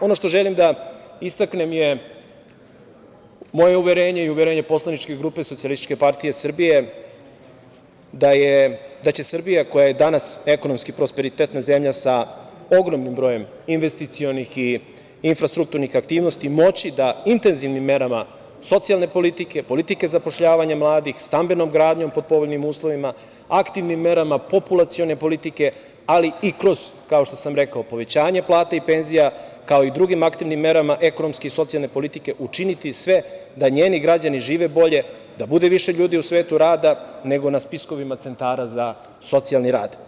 Ono što želim da istaknem je moje uverenje i uverenje poslaničke grupe SPS da će Srbija koja je danas ekonomski prosperitetna zemlja sa ogromnim brojem investicionih i infrastrukturnih aktivnosti moći da intenzivnim merama socijalne politike, politike zapošljavanja mladih, stambenom gradnjom pod povoljnim uslovima, aktivnim merama populacione politike, ali i kroz, kao što sam rekao, povećanje plata i penzija, kao i drugim aktivnim merama ekonomske i socijalne politike učiniti sve da njeni građani žive bolje, da bude više ljudi u svetu rada, nego na spiskovima centara za socijalni rad.